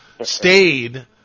stayed